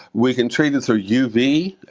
we can treat it through uv.